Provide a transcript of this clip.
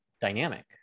dynamic